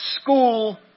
school